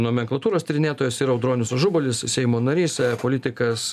nomenklatūros tyrinėtojas ir audronius ažubalis seimo narys politikas